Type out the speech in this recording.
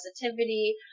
Positivity